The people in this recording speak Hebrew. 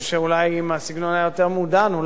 אולי היו מקשיבים לזה בפחות התלהמות.